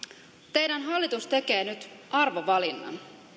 teidän hallituksenne tekee nyt arvovalinnan